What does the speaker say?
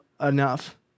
enough